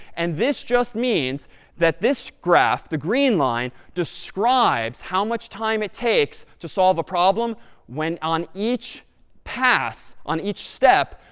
and this just means that this graph, the green line describes how much time it takes to solve a problem when on each pass, on each step,